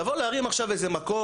לבוא להרים עכשיו איזה מקום?